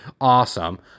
awesome